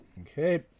okay